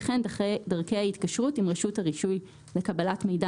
וכן דרכי התקשרות עם רשות הרישוי לקבלת מידע